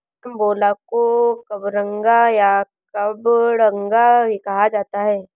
carambola को कबरंगा या कबडंगा भी कहा जाता है